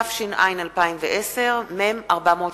התש"ע 2010, מ/480.